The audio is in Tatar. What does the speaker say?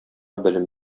белем